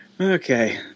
Okay